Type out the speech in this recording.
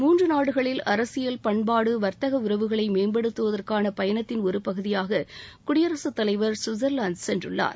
மூன்று நாடுகளில் அரசியல் பண்பாடு வர்த்தக உறவுகளை மேம்படுத்துவதற்கான பயணத்தின் ஒரு பகுதியாக குடியரசுத்தலைவர் சுவிட்சர்லாந்து சென்றுள்ளார்